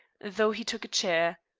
though he took a chair.